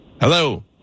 Hello